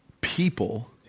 people